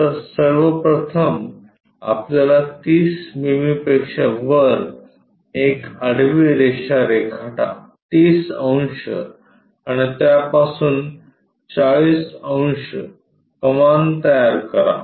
तर सर्वप्रथम आपल्याला 30 मिमी पेक्षा वर एक आडवी रेषा रेखाटा 30 अंश आणि त्यापासून 40 अंश कमान तयार करा